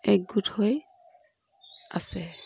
একগোট হৈ আছে